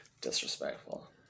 disrespectful